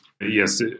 Yes